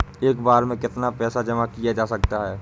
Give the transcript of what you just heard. एक बार में कितना पैसा जमा किया जा सकता है?